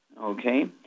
okay